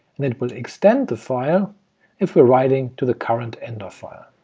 and it will extend the file if we're writing to the current end of file.